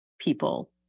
people